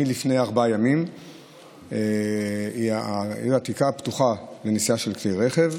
מלפני ארבעה ימים העיר העתיקה פתוחה לנסיעה של כלי רכב.